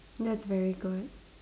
that's very good